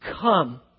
Come